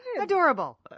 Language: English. adorable